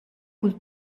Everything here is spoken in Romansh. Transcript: cul